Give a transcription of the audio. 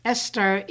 Esther